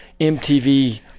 MTV